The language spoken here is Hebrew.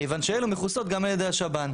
כיוון שאילו מכוסות גם על ידי השב"ן.